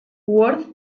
worth